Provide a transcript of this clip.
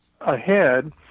ahead